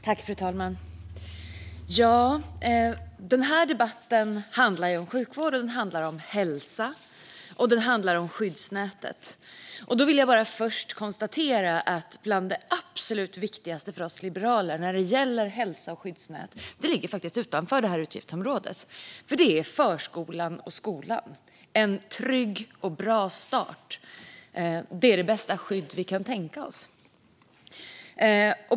Fru talman! Den här debatten handlar om sjukvård, hälsa och skyddsnät. Jag konstaterar först att det absolut viktigaste för oss liberaler när det gäller hälsa och skyddsnät faktiskt ligger utanför det här utgiftsområdet, nämligen förskolan och skolan. En trygg och bra start är det bästa skydd vi kan tänka oss.